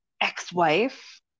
ex-wife